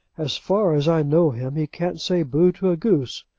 as far as i know him, he can't say bo! to a goose.